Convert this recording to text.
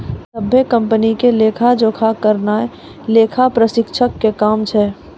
सभ्भे कंपनी के लेखा जोखा करनाय लेखा परीक्षक के काम छै